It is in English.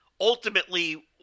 ultimately